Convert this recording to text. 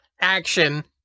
action